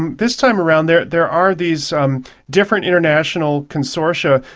and this time around there there are these um different international consortia.